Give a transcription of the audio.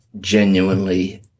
genuinely